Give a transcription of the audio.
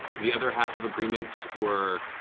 the other half of agreements were